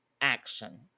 action